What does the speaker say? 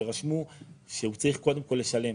שרשמו שהוא צריך קודם כול לשלם.